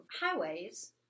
highways